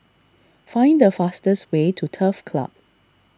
find the fastest way to Turf Club